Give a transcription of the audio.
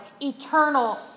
eternal